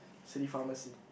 city pharmacy